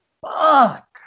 fuck